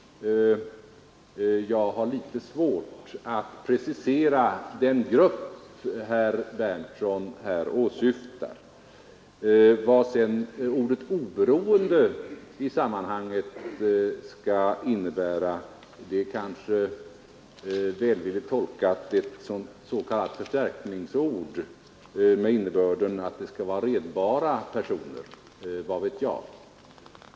Jag har litet svårt att precisera vilken grupp herr Berndtson åsyftar. Ordet oberoende i sammanhanget kanske med litet välvillighet kan tolkas som ett s.k. förstärkningsord med innebörden att det skall vara redbara personer — vad vet jag.